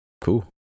cool